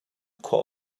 khua